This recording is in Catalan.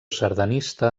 sardanista